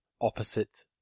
opposite